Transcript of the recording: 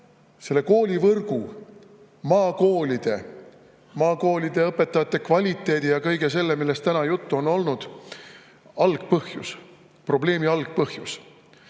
– koolivõrk, maakoolid, maakoolide õpetajate kvaliteet ja kõik muu, millest täna juttu on olnud – algpõhjus? Probleemi algpõhjus